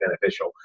beneficial